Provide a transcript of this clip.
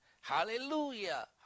Hallelujah